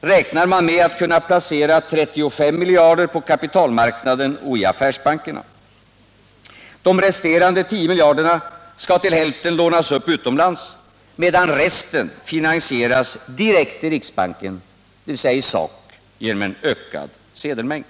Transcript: räknar man med att kunna placera 35 miljarder på kapitalmarknaden och i affärsbankerna. De resterande 10 miljarderna skall till hälften lånas upp utomlands, medan resten finansieras direkt i riksbanken, dvs. i sak genom en ökad sedelmängd.